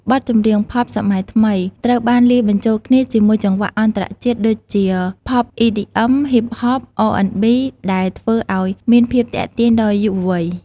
បទចម្រៀងផប់សម័យថ្មីត្រូវបានលាយបញ្ចូលគ្នាជាមួយចង្វាក់អន្តរជាតិដូចជា ផប់ អ៊ីឌីអឹម ហ៊ីបហប អរអេនប៊ី ដែលធ្វើឱ្យមានភាពទាក់ទាញដល់យុវវ័យ។